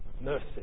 mercy